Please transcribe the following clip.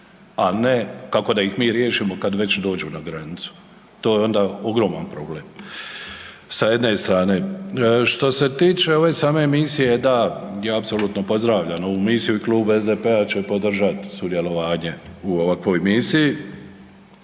a ne kako da ih mi riješimo kad već dođu na granicu, to je onda ogroman problem sa jedne strane. Što se tiče ove same Misije, da, ja apsolutno pozdravljam ovu Misiju i Klub SDP-a će podržat' sudjelovanje u ovakvoj Misiji.